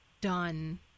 done